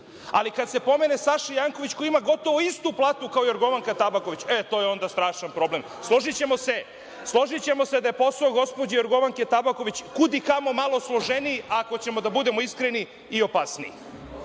Ali, kada se pomene Saša Janković, koji ima gotovo istu platu kao Jorgovanka Tabaković, to je onda strašan problem. Složićemo se da je posao gospođe Jorgovanke Tabaković kudikamo malo složeniji, a ako ćemo da budemo iskreni, i opasniji